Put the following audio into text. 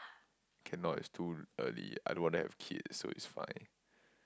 cannot it's too early I don't wanna have kids so it's fine